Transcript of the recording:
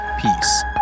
Peace